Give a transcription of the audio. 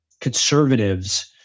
conservatives